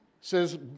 says